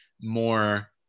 more